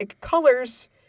colors